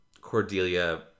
Cordelia